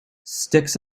sticks